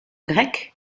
grec